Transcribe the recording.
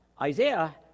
Isaiah